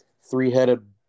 three-headed